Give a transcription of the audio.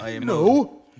No